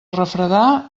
refredar